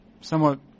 somewhat